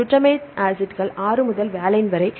glutamine ஆசிட்கள் 6 முதல் valine வரை